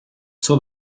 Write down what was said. suo